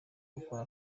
gukora